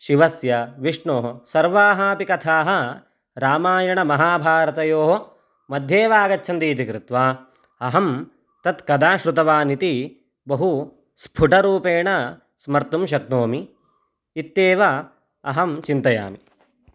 शिवस्य विष्णोः सर्वाः अपि कथाः रामायणमहाभारतयोः मध्येव आगच्छन्ति इति कृत्वा अहं तत् कदा श्रुतवान् इति बहु स्फुटरूपेण स्मर्तुं शक्नोमि इत्येव अहं चिन्तयामि